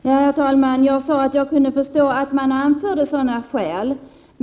Herr talman! Jag sade att jag kunde förstå att man anförde sådana skäl.